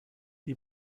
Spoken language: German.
die